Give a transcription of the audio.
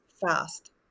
fast